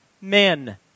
men